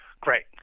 Great